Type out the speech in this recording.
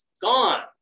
gone